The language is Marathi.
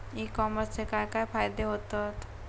ई कॉमर्सचे काय काय फायदे होतत?